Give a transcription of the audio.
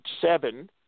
seven